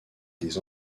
des